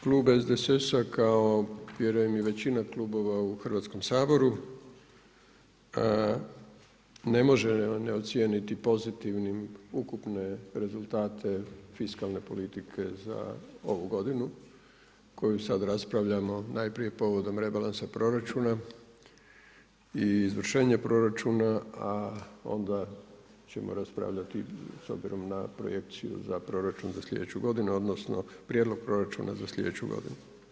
Klub SDSS-a kao vjerujem i većina klubova u Hrvatskom saboru ne može a ne ocijeniti pozitivnim ukupne rezultate fiskalne politike za ovu godinu koju sad raspravljamo najprije povodom rebalansa proračuna i izvršenja proračuna, a onda ćemo raspravljati s obzirom na projekciju za proračun za sljedeću godinu, odnosno, prijedlog proračuna za sljedeću godinu.